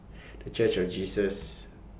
The Church of Jesus